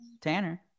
Tanner